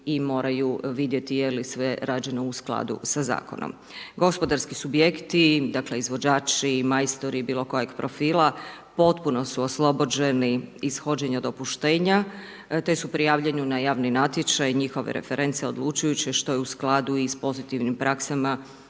i moraju vidjeti je li sve rađeno u skladu sa zakonom. Gospodarski subjekti, dakle, izvođači, majstori, bilo kojeg profila, potpuno su oslobođeni ishođena dopuštenja, te su prijavljeni na javni natječaj, njihove reference odlučujući što je u skladu i s pozitivnim praksama